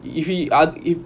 if he ah if